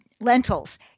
lentils